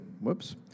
Whoops